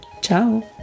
Ciao